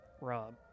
Rob